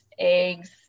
eggs